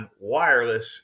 wireless